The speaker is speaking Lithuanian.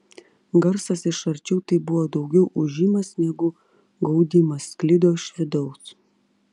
garsas iš arčiau tai buvo daugiau ūžimas negu gaudimas sklido iš vidaus